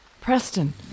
Preston